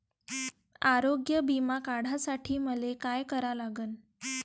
आरोग्य बिमा काढासाठी मले काय करा लागन?